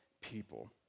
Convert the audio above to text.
people